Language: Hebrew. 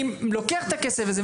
אני לוקח את הכסף הזה,